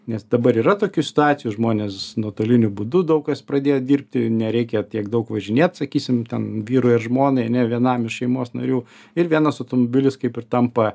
nes dabar yra tokių situacijų žmonės nuotoliniu būdu daug kas pradėjo dirbti nereikia tiek daug važinėt sakysim ten vyrui ar žmonai ane vienam iš šeimos narių ir vienas automobilis kaip ir tampa